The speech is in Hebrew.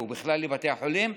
או בכלל לבתי החולים,